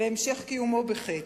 והמשך קיומו בחטא.